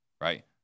right